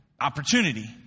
opportunity